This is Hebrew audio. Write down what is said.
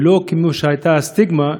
ולא כמו שהייתה הסטיגמה,